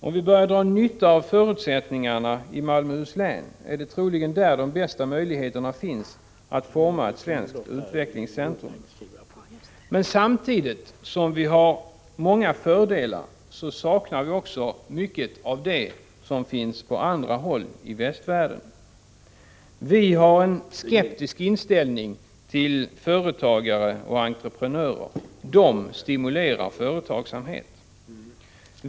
Om vi börjar dra nytta av förutsättningarna i Malmöhus län, är det troligen där de bästa möjligheterna finns att forma ett svenskt utvecklingscentrum. Men samtidigt som vi har många fördelar saknar vi också mycket av det som finns på andra håll i västvärlden: - Vi har en skeptisk inställning till företagare och entreprenörer. De stimulerar företagsamhet.